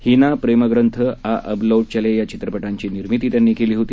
हेना प्रेमग्रंथ आ अब लौट चले या चित्रपटांची निर्मिती त्यांनी केली होती